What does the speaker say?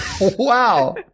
Wow